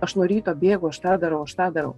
aš nuo ryto bėgu aš tą darau aš tą darau